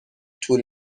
طول